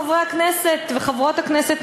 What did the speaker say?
חברי הכנסת וחברות הכנסת,